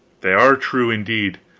they are true, indeed.